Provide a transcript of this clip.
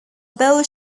bowl